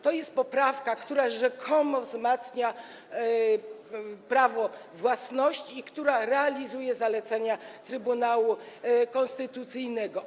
To jest poprawka, która rzekomo wzmacnia prawo własności i która realizuje zalecenia Trybunału Konstytucyjnego.